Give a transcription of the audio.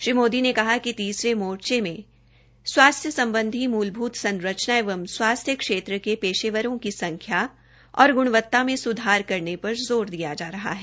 श्री मोदी ने कहा कि तीसरे मोर्चे में स्वास्थ्य सम्बधी मूलभूत संरचना एवं स्वास्थ्य क्षेत्र के पेशेवरों की संख्या और गणवता में सुधार करने पर जोर दिया जा रहा है